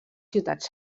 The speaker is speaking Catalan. ciutats